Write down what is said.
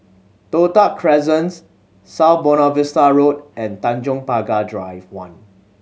Toh Tuck Crescents South Buona Vista Road and Tanjong Pagar Drive One